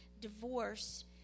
divorce